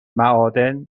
معادن